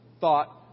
thought